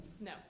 No